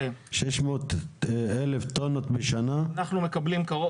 אנחנו רוצים לקחת